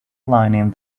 lining